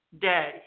day